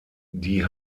die